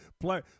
play